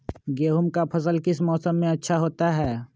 गेंहू का फसल किस मौसम में अच्छा होता है?